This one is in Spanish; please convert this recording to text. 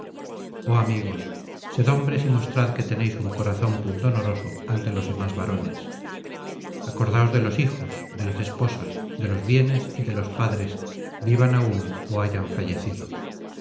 oh amigos sed hombres y mostrad que tenéis un corazón pundonoroso ante los demás varones acordaos de los hijos de las esposas de los bienes y de los padres vivan aún ó hayan fallecido